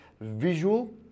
visual